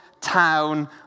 town